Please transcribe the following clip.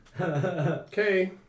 Okay